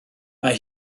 mae